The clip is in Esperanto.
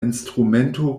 instrumento